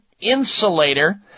insulator